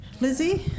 Lizzie